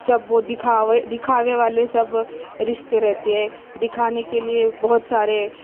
سب وہ دکھاوے دکھاوے والے سب رشتے رہتے ہیں دکھانے کے لیے بہت سارے